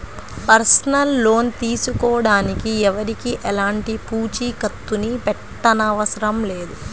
personal loan తీసుకోడానికి ఎవరికీ ఎలాంటి పూచీకత్తుని పెట్టనవసరం లేదు